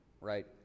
right